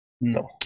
No